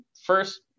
first